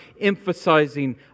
emphasizing